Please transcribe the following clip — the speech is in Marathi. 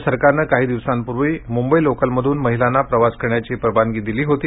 राज्य सरकारनं काही दिवसांपूर्वी मुंबई लोकलमधून महिलांना प्रवास करण्याची परवानगी दिली होती